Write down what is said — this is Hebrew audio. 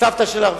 הסבתא שלך,